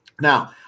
now